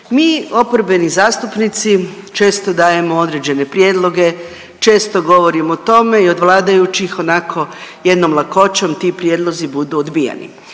Mi oporbeni zastupnici često dajemo određene prijedloge, često govorimo o tome i od vladajućih onako jednom lakoćom ti prijedlozi budu odbijeni.